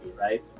right